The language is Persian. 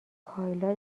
کایلا